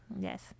Yes